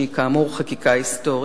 שהיא כאמור חקיקה היסטורית,